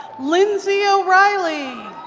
lindsey o'reilly.